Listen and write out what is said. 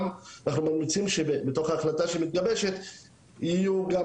אנחנו ממליצים שבתוך ההחלטה שמתגבשת יהיו גם